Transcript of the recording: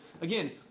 Again